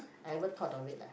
I ever thought of it leh